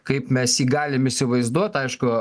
kaip mes jį galim įsivaizduot aišku